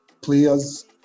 players